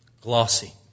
glossy